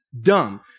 Dumb